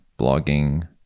blogging